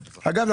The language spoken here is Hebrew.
אגב,